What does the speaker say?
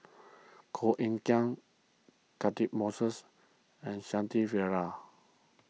Koh Eng Kian Catchick Moses and Shanti Pereira